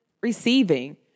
receiving